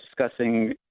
discussing